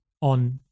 on